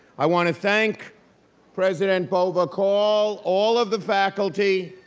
i wanna thank president bova call, all of the faculty,